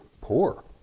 poor